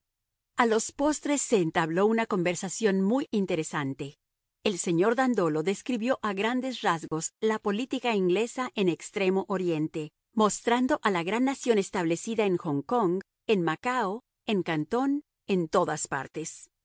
a los postres se entabló una conversación muy interesante el señor dandolo describió a grandes rasgos la política inglesa en extremo oriente mostrando a la gran nación establecida en hong kong en macao en cantón en todas partes